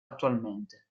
attualmente